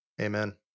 Amen